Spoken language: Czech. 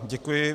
Děkuji.